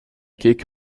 keek